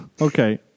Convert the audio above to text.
okay